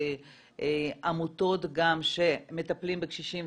גם עמותות שמטפלות בקשישים,